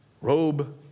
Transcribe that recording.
Robe